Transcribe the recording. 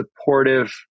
supportive